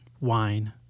wine